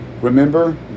remember